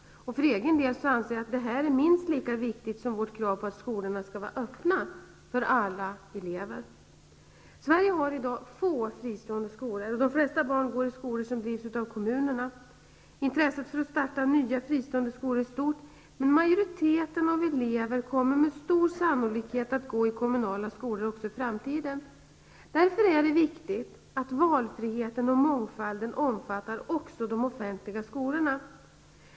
För egen del anser jag att det här är minst lika viktigt som vårt krav på att skolorna skall vara öppna för alla elever. Sverige har i dag få fristående skolor, och de flesta barn går i skolor som drivs av kommunerna. Intresset för att starta nya, fristående skolor är stort, men majoriteten av elever kommer med stor sannolikhet att gå i kommunala skolor också i framtiden. Därför är det viktigt att valfriheten och mångfalden omfattar också de offentliga skolorna.